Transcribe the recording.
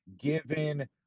given